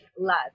love